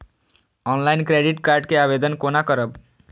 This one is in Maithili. ऑनलाईन क्रेडिट कार्ड के आवेदन कोना करब?